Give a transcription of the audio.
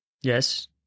Yes